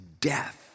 death